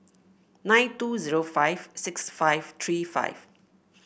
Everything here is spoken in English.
nine two zero five six five three five